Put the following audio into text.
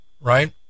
right